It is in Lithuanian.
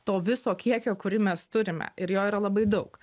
to viso kiekio kurį mes turime ir jo yra labai daug